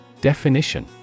Definition